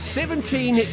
seventeen